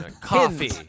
coffee